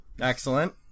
Excellent